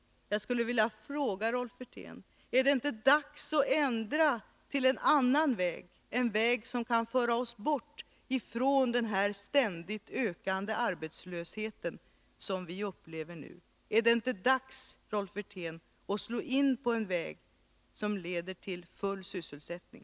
Jag skulle vilja fråga Rolf Wirtén: Är det inte dags att ändra till en annan väg, som kan föra oss bort från den ständigt ökande arbetslöshet som vi nu upplever? Är det inte dags, Rolf Wirtén, att slå in på en väg, som leder till full sysselsättning?